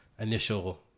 initial